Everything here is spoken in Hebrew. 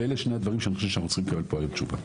ואלה שני הדברים שאני חושב שאנחנו צריכים לקבל פה היום תשובה.